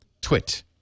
twit